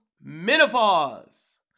menopause